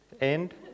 end